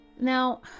now